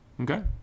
okay